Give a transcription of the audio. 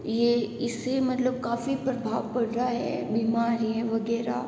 तो इससे मतलब काफ़ी प्रभाव पड़ रहा है बीमारी है वगैरह